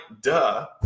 duh